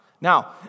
Now